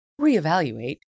reevaluate